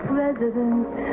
President